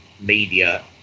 media